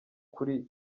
kuri